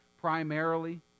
primarily